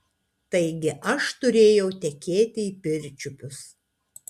taigi aš turėjau tekėti į pirčiupius